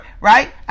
right